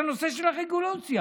בנושא של הרגולציה,